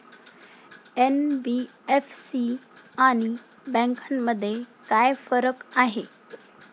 NBFC आणि बँकांमध्ये काय फरक आहे?